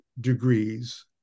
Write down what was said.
degrees